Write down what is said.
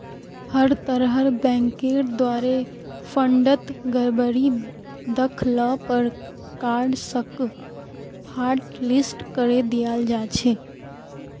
हर तरहर बैंकेर द्वारे फंडत गडबडी दख ल पर कार्डसक हाटलिस्ट करे दियाल जा छेक